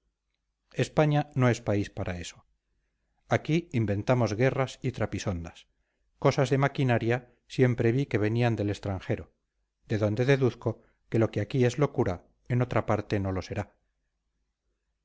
españa no es país para eso aquí inventamos guerras y trapisondas cosas de maquinaria siempre vi que venían del extranjero de donde deduzco que lo que aquí es locura en otra parte no lo será